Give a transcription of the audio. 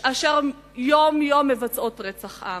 אשר יום-יום מבצעות רצח עם,